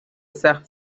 سقف